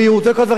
ולכל הדברים האלה.